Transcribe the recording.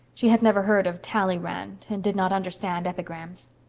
she had never heard of tallyrand and did not understand epigrams.